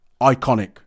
Iconic